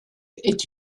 est